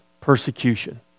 persecution